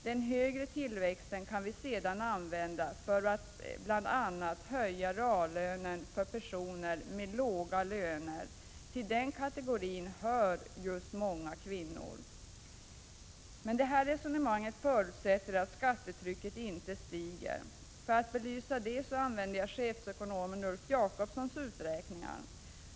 Den högre tillväxten kan vi sedan använda för att bl.a. höja reallönen för personer med låga löner. Till den kategorin hör just många kvinnor. Men det här resonemanget förutsätter att skattetrycket inte stiger. För att belysa detta använder jag chefsekonomen Ulf Jakobssons uträkningar.